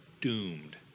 doomed